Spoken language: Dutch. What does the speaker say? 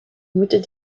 moeten